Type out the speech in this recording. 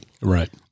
right